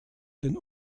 den